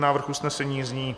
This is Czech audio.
Návrh usnesení zní: